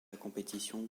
compétition